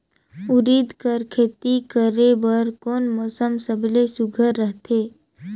उरीद कर खेती करे बर कोन मौसम सबले सुघ्घर रहथे?